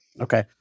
Okay